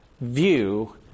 view